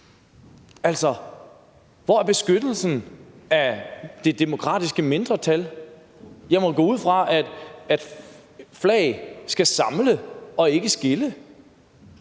Altså, hvor er beskyttelsen af det demokratiske mindretal? Jeg må gå ud fra, at flag skal samle og ikke skille.